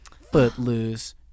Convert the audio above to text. Footloose